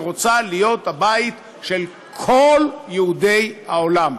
שרוצה להיות הבית של כל יהודי העולם.